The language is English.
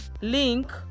link